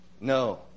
No